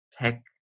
tech